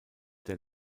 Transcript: der